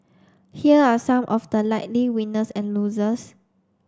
here are some of the likely winners and losers